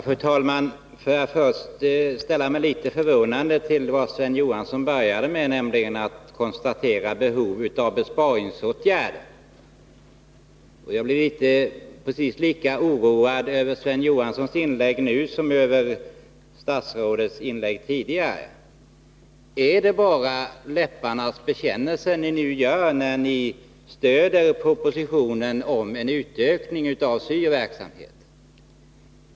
Fru talman! Jag ställde mig litet frågande till vad Sven Johansson inledde med, nämligen att konstatera behovet av besparingsåtgärder. Jag blev precis lika oroad av Sven Johanssons inlägg nu som av statsrådet Tillanders inlägg tidigare. Är det bara en läpparnas bekännelse, när ni nu stödjer propositionens förslag om en utökning av syo-verksamheten?